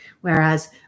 Whereas